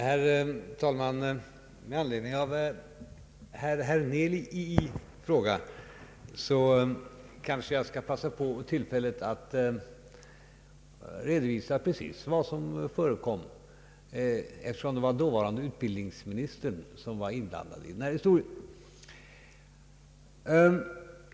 Herr talman! Med anledning av herr Hernelii fråga skall jag kanske passa på tillfället att redovisa precis vad som förekom, eftersom det var dåvarande utbildningsministern som var inblandad i denna historia.